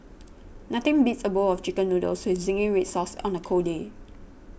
nothing beats a bowl of Chicken Noodles with Zingy Red Sauce on a cold day